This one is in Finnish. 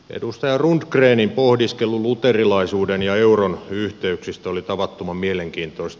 edustaja rundgrenin pohdiskelu luterilaisuuden ja euron yhteyksistä oli tavattoman mielenkiintoista